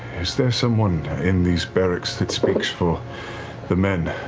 is there someone in these barracks that speaks for the men?